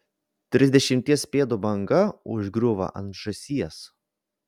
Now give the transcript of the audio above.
trisdešimties pėdų banga užgriūva ant žąsies